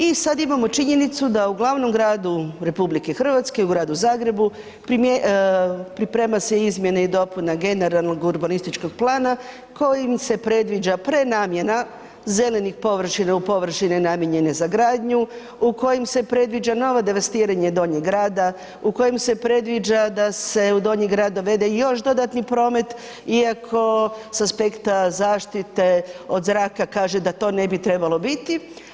I sad imamo činjenicu da u glavnom gradu RH, u gradu Zagrebu priprema se izmjena i dopuna generalnog urbanističkog plana kojim se predviđa prenamjena zelenih površina u površine namijenjene za gradnju u kojem se predviđa novo devastiranje Donjeg grada, u kojem se predviđa da se u Donji grad dovede još dodatni promet iako s aspekta zaštite od zraka kaže da to ne bi trebalo biti.